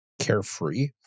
Carefree